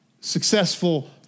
successful